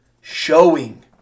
showing